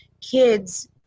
kids